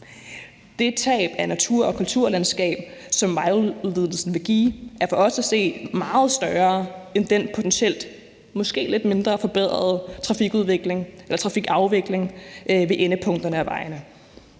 Det tab af natur- og kulturlandskab, som vejudvidelsen vil give, er for os at se meget større end den potentielt måske lidt forbedrede trafikafvikling ved endepunkterne af vejene.